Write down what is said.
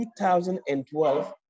2012